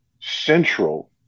central